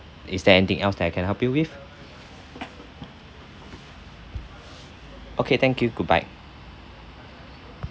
is there anything else that I can help you with okay thank you goodbye